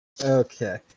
Okay